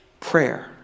Prayer